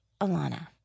Alana